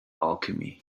alchemy